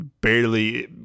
barely